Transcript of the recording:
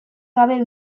gabe